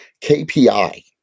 KPI